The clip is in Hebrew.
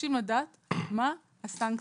מבקשים לדעת מה הסנקציה.